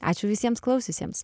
ačiū visiems klausiusiems